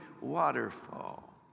waterfall